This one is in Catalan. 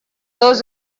dos